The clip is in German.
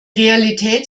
realität